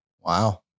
Wow